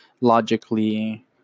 logically